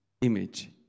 image